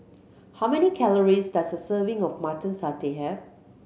how many calories does a serving of Mutton Satay have